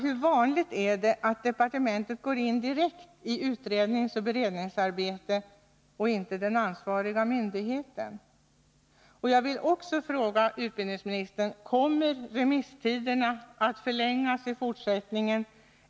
Hur vanligt är det att departementet går in direkt i utredningsoch beredningsarbete och inte den ansvariga myndigheten? Kommer remisstiderna att förlängas i fortsättningen?